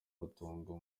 rutongo